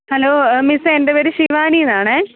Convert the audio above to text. hello മിസ്സെ എൻ്റെ പേര് ശിവാനി എന്നാണെ